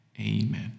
Amen